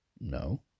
no